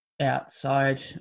outside